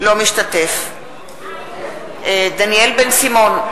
אינו משתתף בהצבעה דניאל בן-סימון,